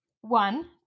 One